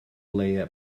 leia